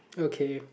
okay